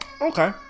Okay